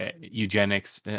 eugenics